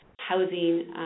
housing